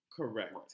correct